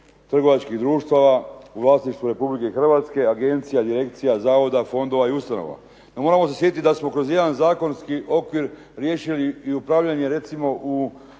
trgovačkih društava u vlasništvu Republike Hrvatske, agencija, direkcija, zavoda, fondova i ustanova. Moramo se sjetit da smo kroz jedan zakonski okvir riješili i upravljanje recimo u